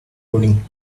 coding